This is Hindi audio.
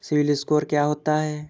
सिबिल स्कोर क्या होता है?